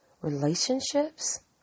relationships